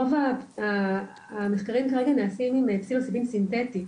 רוב המחקרים כרגע נעשים עם פסילוציבין סינטטי,